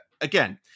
again